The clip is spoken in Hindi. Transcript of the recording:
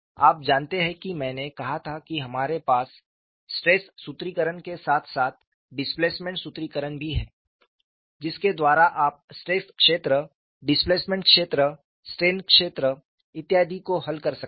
आप जानते हैं कि मैंने कहा था कि हमारे पास स्ट्रेस सूत्रीकरण के साथ साथ डिस्प्लेसमेंट सूत्रीकरण भी है जिसके द्वारा आप स्ट्रेस क्षेत्र डिस्प्लेसमेंट क्षेत्र स्ट्रेन क्षेत्र इत्यादि को हल कर सकते हैं